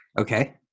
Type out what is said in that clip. Okay